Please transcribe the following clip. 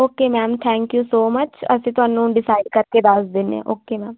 okay ma'am thank you so much ਅਸੀਂ ਤੁਹਾਨੂੰ decide ਕਰਕੇ ਦੱਸ ਦਿੰਦੇ ਓਕੇ ਮੈਮ